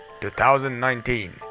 2019